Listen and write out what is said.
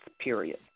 period